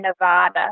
Nevada